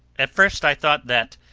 at first i thought that,